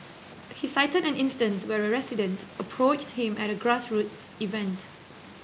he cited an instance where a resident approached him at a grassroots event